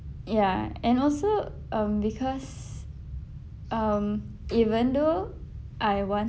ya and also um because um even though I want